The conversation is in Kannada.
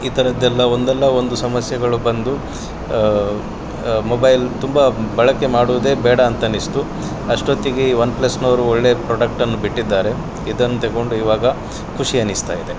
ಈ ಥರದ್ದೆಲ್ಲ ಒಂದಲ್ಲ ಒಂದು ಸಮಸ್ಯೆಗಳು ಬಂದು ಮೊಬೈಲ್ ತುಂಬ ಬಳಕೆ ಮಾಡೋದೆ ಬೇಡ ಅಂತನ್ನಿಸ್ತು ಅಷ್ಟೊತ್ತಿಗೆ ಈ ಒನ್ ಪ್ಲಸ್ನವರು ಒಳ್ಳೆ ಪ್ರಾಡಕ್ಟನ್ನು ಬಿಟ್ಟಿದ್ದಾರೆ ಇದನ್ನು ತೆಗೊಂಡು ಇವಾಗ ಖುಷಿ ಅನ್ನಿಸ್ತಾಯಿದೆ